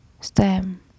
stem